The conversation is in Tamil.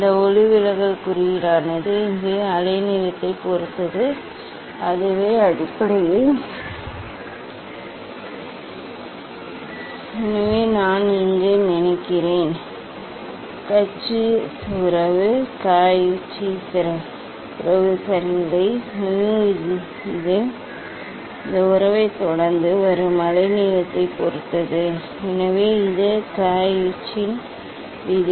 இந்த ஒளிவிலகல் குறியீடானது இது அலைநீளத்தைப் பொறுத்தது அதுவே அடிப்படையில் எனவே இங்கே நான் நினைக்கிறேன் க uch ச்சி உறவு க uch ச்சி உறவு சரியில்லை mu இது இந்த உறவைத் தொடர்ந்து வரும் அலைநீளத்தைப் பொறுத்தது எனவே இது க uch ச்சியின் விதி